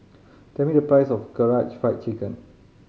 tell me the price of Karaage Fried Chicken